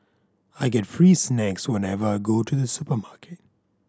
I get free snacks whenever I go to the supermarket